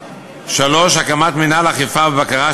3. הקמת מינהל אכיפה ובקרה,